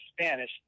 Spanish